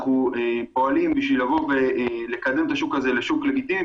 אנחנו פועלים כדי לקדם את השוק הזה לשוק לגיטימי,